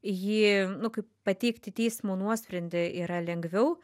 jį nu kaip pateikti teismo nuosprendį yra lengviau